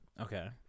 okay